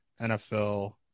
NFL